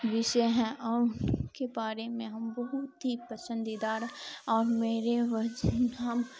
وشے ہیں اور کے بارے میں ہم بہت ہی پسندیدہ اور میرے ہم